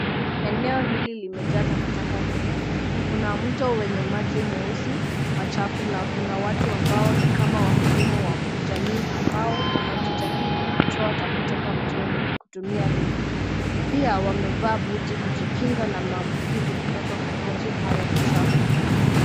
Eneo hili limejaa takataka nyingi, kuna mto wenye maji meusi machafu na kuna watu ambao ni kama wahudumu wa jamii ambao wanajitahidi kutoa takataka mtoni kutumia reki, pia wamevaa buti kujikinga na maambukizi kutoka kwa maji hayo machafu.